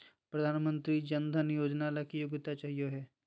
प्रधानमंत्री जन धन योजना ला की योग्यता चाहियो हे?